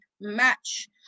match